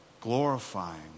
glorifying